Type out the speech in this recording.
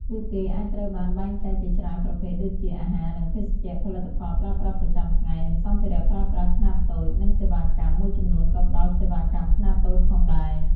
ពួកគេអាចត្រូវបានបែងចែកជាច្រើនប្រភេទដូចជា អាហារ និងភេសជ្ជៈ ផលិតផលប្រើប្រាស់ប្រចាំថ្ងៃ និងសម្ភារៈប្រើប្រាស់ខ្នាតតូច និងសេវាកម្ម មួយចំនួនក៏ផ្តល់សេវាកម្មខ្នាតតូចផងដែរ ។